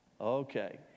Okay